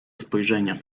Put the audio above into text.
spojrzenia